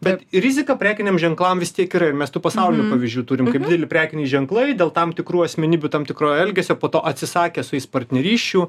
bet rizika prekiniam ženklam vis tiek yra ir mes tų pasaulinių pavyzdžių turim kaip dideli prekiniai ženklai dėl tam tikrų asmenybių tam tikro elgesio po to atsisakė su jais partnerysčių